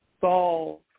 solve